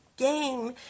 game